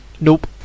Nope